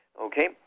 Okay